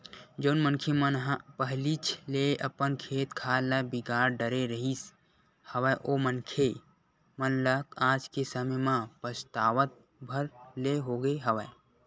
जउन मनखे मन ह पहिलीच ले अपन खेत खार ल बिगाड़ डरे रिहिस हवय ओ मनखे मन ल आज के समे म पछतावत भर ले होगे हवय